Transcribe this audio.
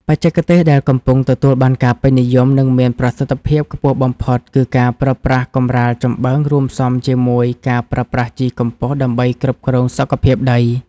បច្ចេកទេសដែលកំពុងទទួលបានការពេញនិយម និងមានប្រសិទ្ធភាពខ្ពស់បំផុត គឺការប្រើប្រាស់កម្រាលចំបើងរួមផ្សំជាមួយការប្រើប្រាស់ជីកំប៉ុស្តដើម្បីគ្រប់គ្រងសុខភាពដី។